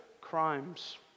crimes